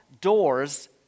doors